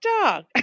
dog